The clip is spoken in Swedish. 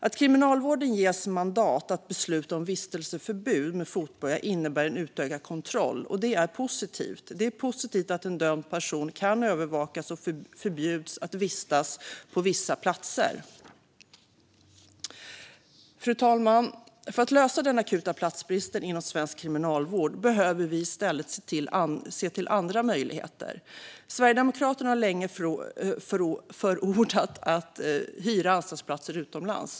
Att Kriminalvården ges mandat att besluta om vistelseförbud med fotboja innebär en utökad kontroll, och det är positivt. Det är positivt att en dömd person kan övervakas och förbjuds att vistas på vissa platser. Fru talman! För att lösa den akuta platsbristen inom svensk kriminalvård behöver vi se till andra möjligheter. Sverigedemokraterna har länge förordat att hyra anstaltsplatser utomlands.